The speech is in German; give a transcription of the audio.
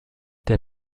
der